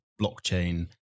blockchain